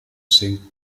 sinken